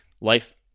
life